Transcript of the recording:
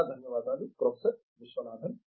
చాలా ధన్యవాదాలు ప్రొఫెసర్ విశ్వనాథన్